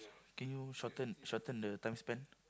can you shorten shorten the time span